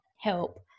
help